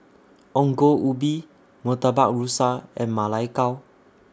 Ongol Ubi Murtabak Rusa and Ma Lai Gao